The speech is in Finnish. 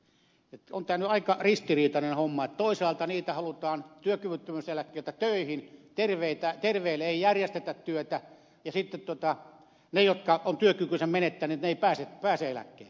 tämä on nyt aika ristiriitainen homma että toisaalta halutaan työkyvyttömyyseläkkeeltä töihin mutta terveelle ei järjestetä työtä ja sitten ne jotka ovat työkykynsä menettäneet eivät pääse eläkkeelle